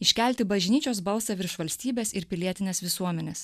iškelti bažnyčios balsą virš valstybės ir pilietinės visuomenės